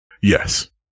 Yes